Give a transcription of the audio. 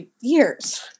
years